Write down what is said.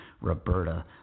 Roberta